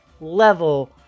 level